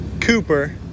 Cooper